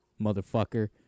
motherfucker